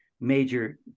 major